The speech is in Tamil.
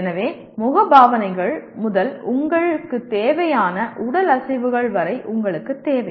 எனவே முகபாவனைகள் முதல் உங்களுக்கு தேவையான உடல் அசைவுகள் வரை உங்களுக்குத் தேவை